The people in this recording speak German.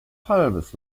halbes